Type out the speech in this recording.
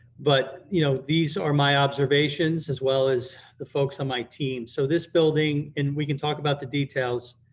but you know these are my observations as well as the folks on my team. so this building, and we can talk about the details,